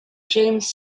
james